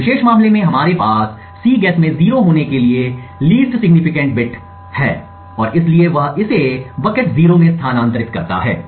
इस विशेष मामले में हमारे पास Cguess में 0 होने के लिए लिस्ट सिग्निफिकेंट बिट बिट है और इसलिए वह इसे बाल्टी 0 में स्थानांतरित करता है